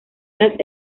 las